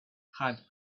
had